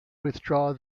withdraw